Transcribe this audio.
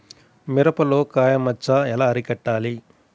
మిరపలో కాయ మచ్చ ఎలా అరికట్టాలి?